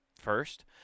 first